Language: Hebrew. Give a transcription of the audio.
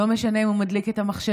לא משנה אם הוא מדליק את המחשב,